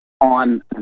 on